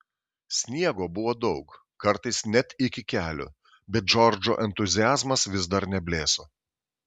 sniego buvo daug kartais net iki kelių bet džordžo entuziazmas vis dar neblėso